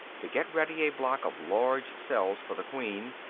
to get ready a block of large cells for the queen,